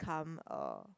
come um